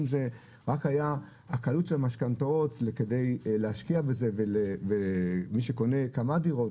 אם זה רק היה הקלות של המשכנתאות כדי להשקיע בזה ומי שקונה כמה דירות,